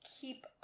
keep